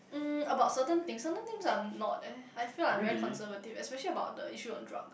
mm about certain things certain things I'm not eh I feel like I'm very conservative especially about the issue on drugs